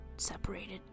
separated